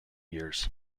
years